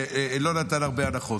ולא נתן הרבה הנחות.